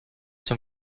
dem